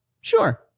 Sure